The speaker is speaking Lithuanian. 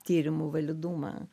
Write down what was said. tyrimų validumą